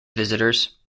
visitors